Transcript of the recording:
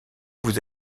vous